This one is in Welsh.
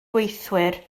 gweithwyr